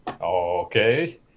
Okay